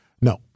No